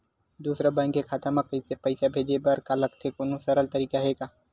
दूसरा बैंक के खाता मा पईसा भेजे बर का लगथे कोनो सरल तरीका हे का?